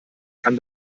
kann